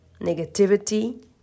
negativity